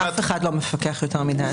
לצערי אף אחד לא מפקח יותר מדי.